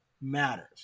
matters